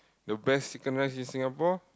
the best chicken rice in Singapore